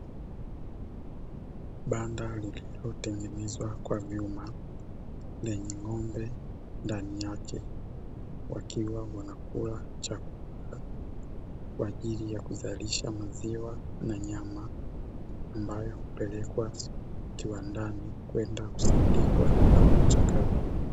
Banda lililotengenezwa kwa vyuma lenye ng'ombe ndani yake wakiwa wanakula chakula kwa ajili ya kuzalisha maziwa na nyama ambayo hupelelekwa viwandani kwenda kusindikwa au kuchakatwa.